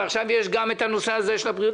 ועכשיו יש גם את הנושא של הבריאות?